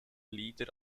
lieder